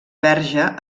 verge